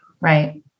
Right